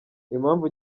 impamvu